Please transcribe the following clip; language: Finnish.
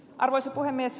arvoisa puhemies